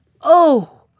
Oh